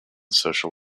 social